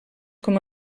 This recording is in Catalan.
com